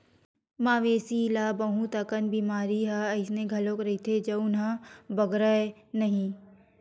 मवेशी ल बहुत अकन बेमारी ह अइसन घलो रहिथे जउन ह बगरय नहिं